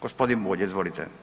Gospodin Bulj, izvolite.